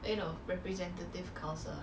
I also don't know I never go and ask